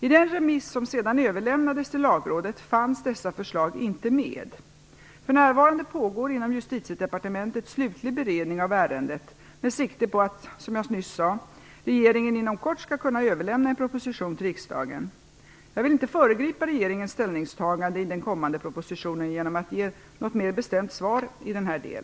I den remiss som sedan överlämnades till Lagrådet fanns dessa förslag inte med. För närvarande pågår inom Justitiedepartementet slutlig beredning av ärendet, med sikte på att - som jag nyss nämnde - regeringen inom kort skall kunna överlämna en proposition till riksdagen. Jag vill inte föregripa regeringens ställningstaganden i den kommande propositionen genom att ge något mer bestämt svar i denna del.